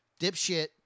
Dipshit